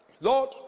Lord